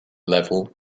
level